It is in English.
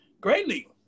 greatly